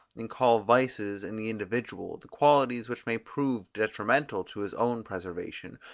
and call vices, in the individual, the qualities which may prove detrimental to his own preservation,